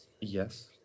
Yes